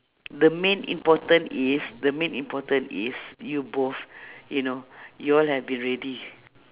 the main important is the main important is you both you know you all have been ready